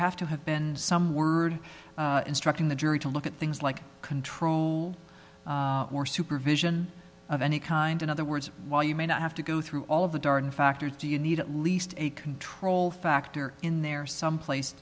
have to have been some word instructing the jury to look at things like control or supervision of any kind in other words while you may not have to go through all of the darn factors do you need at least a control factor in there someplace